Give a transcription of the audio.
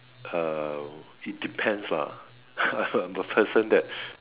uh it depends lah I'm a person that